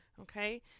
Okay